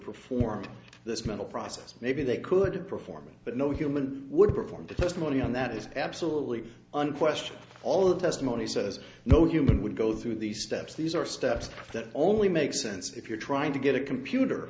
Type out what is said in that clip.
perform this mental process maybe they could perform but no human would perform the testimony and that is absolutely unquestioned all the testimony says no human would go through these steps these are steps that only make sense if you're trying to get a computer